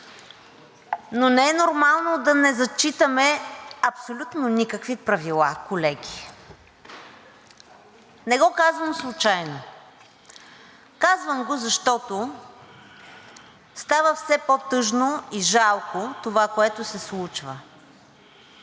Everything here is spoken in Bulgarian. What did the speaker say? но не е нормално да не зачитаме абсолютно никакви правила, колеги, не го казвам случайно. Казвам го, защото става все по-тъжно и жалко това, което се случва.